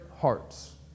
hearts